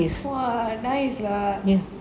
!wah! nice lah